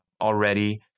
already